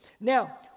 Now